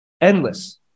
endless